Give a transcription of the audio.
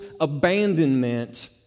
abandonment